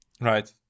right